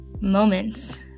moments